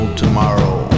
tomorrow